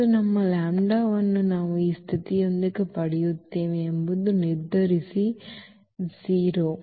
ಮತ್ತು ನಮ್ಮ ಲ್ಯಾಂಬ್ಡಾವನ್ನು ನಾವು ಈ ಸ್ಥಿತಿಯೊಂದಿಗೆ ಪಡೆಯುತ್ತೇವೆ ಎಂಬುದನ್ನು ನಿರ್ಧರಿಸಿ 0